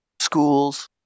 schools